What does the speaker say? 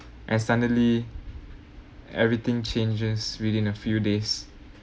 and suddenly everything changes within a few days